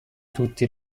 tutti